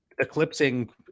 eclipsing